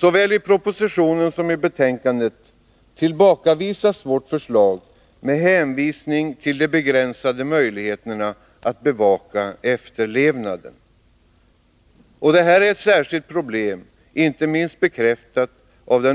Såväl i propositionen som i betänkandet tillbakavisas vårt förslag med hänvisning till de begränsade möjligheterna att bevaka efterlevnaden. Detta är ett särskilt problem, inte minst bekräftat av